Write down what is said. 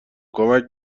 کمک